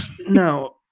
Now